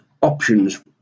options